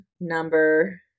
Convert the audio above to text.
number